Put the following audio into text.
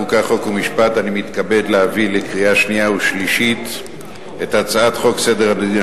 אני מתכבד להביא לקריאה שנייה ושלישית את הצעת חוק סדר הדין